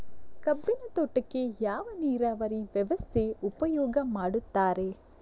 ಕಬ್ಬಿನ ತೋಟಕ್ಕೆ ಯಾವ ನೀರಾವರಿ ವ್ಯವಸ್ಥೆ ಉಪಯೋಗ ಮಾಡುತ್ತಾರೆ?